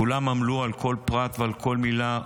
כולם עמלו על כל פרט ועל כל מילה,